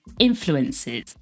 Influences